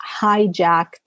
hijacked